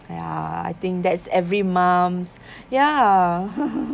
ya I think that's every mums ya